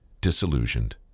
disillusioned